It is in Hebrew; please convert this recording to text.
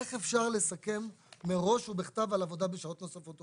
איך אפשר לסכם מראש ובכתב על עבודה בשעות נוספות?